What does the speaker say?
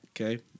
Okay